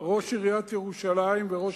ראש עיריית ירושלים וראש הממשלה,